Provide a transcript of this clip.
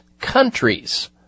countries